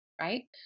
right